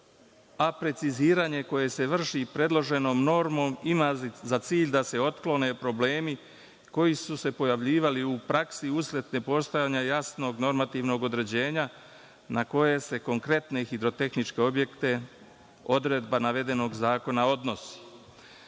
a preciziranje koje se vrši predloženom normom ima za cilj da se otklone problemi koji su se pojavljivali u praksi usled postojanja jasnog normativnog određenja, na koje se konkretne hidrotehničke objekte odredba navedenog zakona odnosi. Ovde